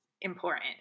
important